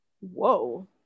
Whoa